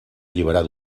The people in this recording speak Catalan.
alliberar